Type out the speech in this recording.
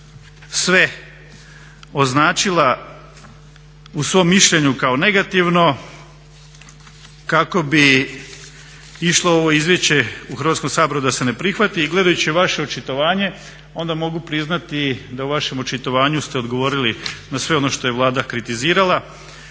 sve označila u svom mišljenju kao negativno kako bi išla u ovo izvješće u Hrvatskom saboru da se ne prihvati i gledajući vaše očitovanje onda mogu priznati da u vašem očitovanju ste odgovorili na sve ono što je Vlada kritizirala.